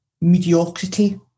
mediocrity